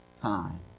time